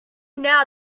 now